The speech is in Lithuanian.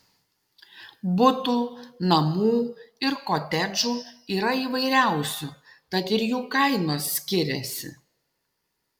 butų namų ir kotedžų yra įvairiausių tad ir jų kainos skiriasi